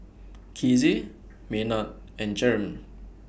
Kizzy Maynard and Jereme